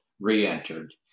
re-entered